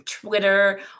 twitter